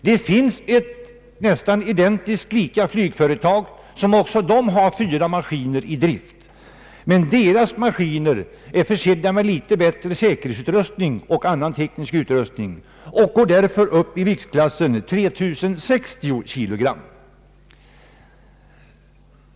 Det finns ett nästan identiskt likadant flygföretag, som också har fyra maskiner i drift, men detta företags maskiner är försedda med litet bättre säkerhetsutrustning och annan teknisk utrustning och går därför upp i vikt till 3 060 kg.